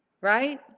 right